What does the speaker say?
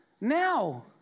Now